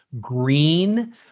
green